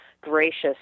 gracious